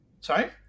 Sorry